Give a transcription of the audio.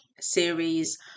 series